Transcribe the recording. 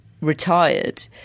retired